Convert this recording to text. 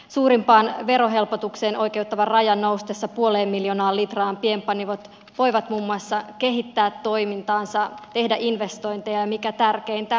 suurimpaan verohelpotukseen oikeuttavan rajan noustessa puoleen miljoonaan litraan pienpanimot voivat muun muassa kehittää toimintaansa tehdä investointeja ja mikä tärkeintä työllistää